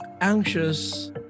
anxious